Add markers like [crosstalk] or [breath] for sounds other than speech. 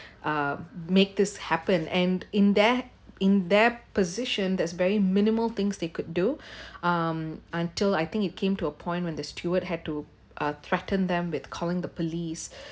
uh make this happen and in their in their position that's very minimal things they could do [breath] um until I think it came to appoint when the steward had to uh threatened them with calling the police